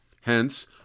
Hence